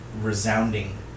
resounding